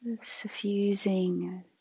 suffusing